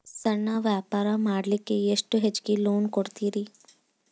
ಸಣ್ಣ ವ್ಯಾಪಾರ ಮಾಡ್ಲಿಕ್ಕೆ ಎಷ್ಟು ಹೆಚ್ಚಿಗಿ ಲೋನ್ ಕೊಡುತ್ತೇರಿ?